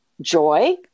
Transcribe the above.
joy